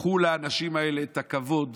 לקחו לאנשים האלה את הכבוד,